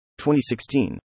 2016